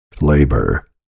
Labor